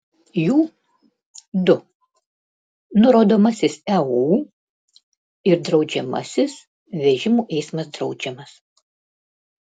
jų du nurodomasis eu ir draudžiamasis vežimų eismas draudžiamas